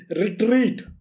retreat